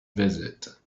visit